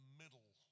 middle